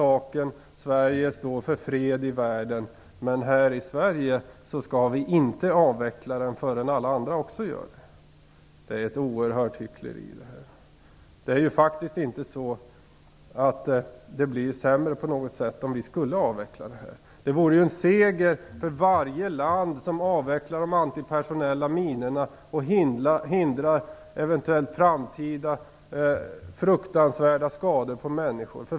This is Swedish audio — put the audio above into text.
Man säger att Sverige står för fred i världen, men att här i Sverige skall vi inte avveckla innan alla andra också gör det. Det är ett oerhört hyckleri. Det skulle faktiskt inte bli sämre på något sätt om vi skulle avveckla. Det vore en seger med varje land som avvecklar de antipersonella minorna och hindrar eventuella framtida fruktansvärda skador på människor.